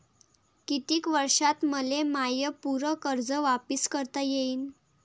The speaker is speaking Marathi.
कितीक वर्षात मले माय पूर कर्ज वापिस करता येईन?